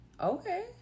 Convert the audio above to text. Okay